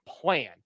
plan